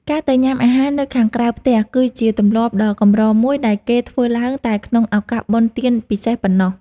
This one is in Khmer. ការទៅញ៉ាំអាហារនៅខាងក្រៅផ្ទះ គឺជាទម្លាប់ដ៏កម្រមួយដែលគេធ្វើឡើងតែក្នុងឱកាសបុណ្យទានពិសេសប៉ុណ្ណោះ។